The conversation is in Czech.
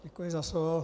Děkuji za slovo.